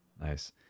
Nice